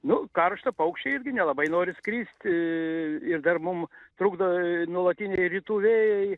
nu karšta paukščiai irgi nelabai nori skrist ir dar mum trukdo nuolatiniai rytų vėjai